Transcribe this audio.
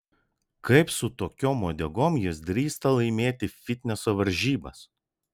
kaip su tokiom uodegom jos drįsta laimėti fitneso varžybas